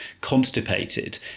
constipated